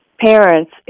parents